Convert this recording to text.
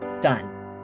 Done